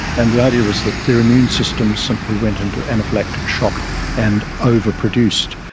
and the idea was that their immune system simply went into anaphylactic shock and over-produced,